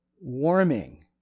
warming